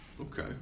Okay